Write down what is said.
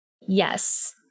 Yes